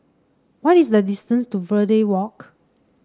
what is the distance to Verde Walk